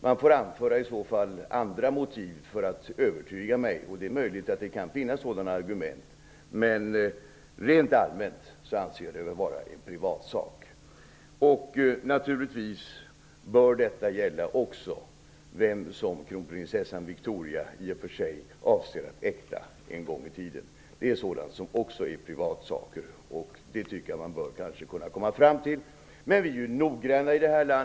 Man får anföra andra motiv för att kunna övertyga mig om motsatsen; det är möjligt att sådana argument kan finnas. Men rent allmänt anser jag det vara en privatsak. Naturligtvis bör detta även gälla vem kronprinsessan Victoria en gång i tiden avser att äkta. Det är sådant som är privatsaker, och det bör man kunna komma fram till. Men i det här landet är vi ju noggranna.